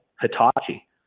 Hitachi